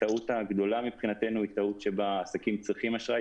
הטעות הגדולה מבחינתנו היא טעות שבה העסקים צריכים אשראי,